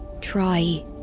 Try